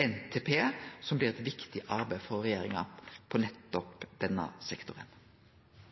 NTP, som blir eit viktig arbeid for regjeringa på nettopp denne sektoren.